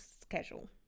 schedule